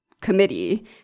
committee